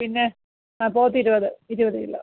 പിന്നെ ആ പോത്ത് ഇരുപത് ഇരുപത് കിലോ